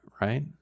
right